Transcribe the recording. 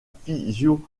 physionomie